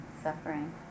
suffering